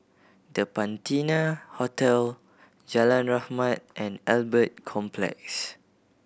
The Patina Hotel Jalan Rahmat and Albert Complex